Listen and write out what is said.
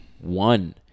One